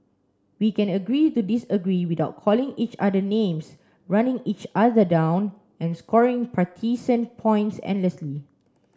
we can agree to disagree without calling each other names running each other down and scoring partisan points endlessly